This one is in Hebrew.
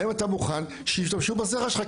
האם אתה מוכן שישתמשו בזרע שלך,